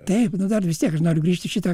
taip dar vis tiek aš noriu grįžt į šitą